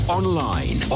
online